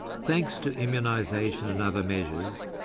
thanks to immunisation and other measures,